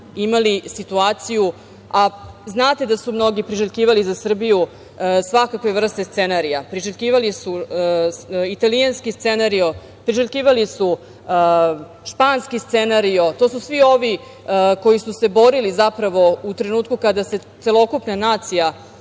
imali situaciju, a znate da su mnogi priželjkivali za Srbiju, svakakve vrste scenarija. Priželjkivali su italijanski scenario, priželjkivali su španski scenario, to su svi ovi koji su se borili, zapravo, u trenutku kada se celokupna nacija